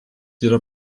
yra